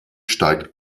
steigt